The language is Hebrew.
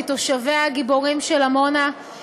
היא ציון דרך כי תושביה הגיבורים של עמונה הצליחו